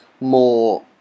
more